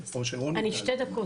אני שתי דקות.